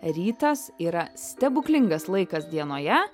rytas yra stebuklingas laikas dienoje